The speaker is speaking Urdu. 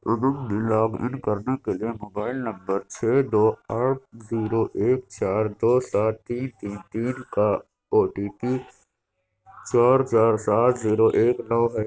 امنگ میں لاگن کرنے کے لیے موبائل نمبر چھ دو آٹھ زیرو ایک چار دو سات تین تین تین کا او ٹی پی چار چار سات زیرو ایک نو ہے